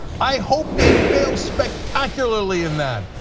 i hope they fail spectacularly in that.